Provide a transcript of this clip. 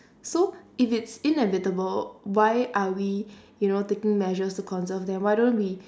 so if it's inevitable why are we you know taking measures to conserve them why don't we